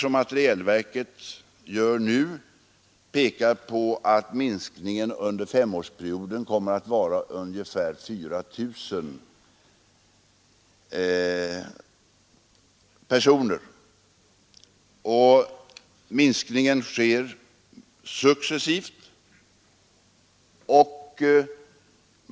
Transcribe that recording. Materielverkets bedömningar pekar på att minskningen under den närmaste femårsperioden kommer att vara ungefär 4000 personer. Minskningen sker successivt.